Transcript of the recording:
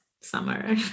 summer